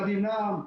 ואדי אל-נעם,